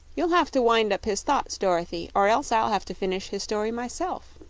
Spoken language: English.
you'll have to wind up his thoughts, dorothy, or else i'll have to finish his story myself.